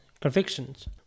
convictions